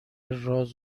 راز